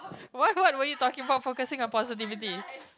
what what what you talking about focusing on positivity